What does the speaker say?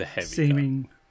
seeming